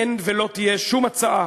אין ולא תהיה שום הצעה